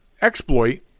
exploit